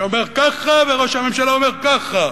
שאומר ככה, וראש הממשלה אומר ככה.